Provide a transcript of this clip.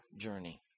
journey